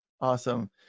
Awesome